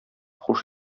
хуш